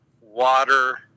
water